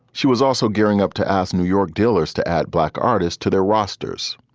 she was also gearing up to ask new york dealers to add black artists to their rosters.